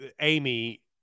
Amy